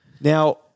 Now